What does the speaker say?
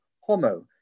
homo